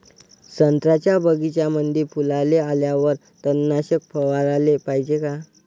संत्र्याच्या बगीच्यामंदी फुलाले आल्यावर तननाशक फवाराले पायजे का?